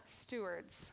stewards